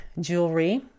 jewelry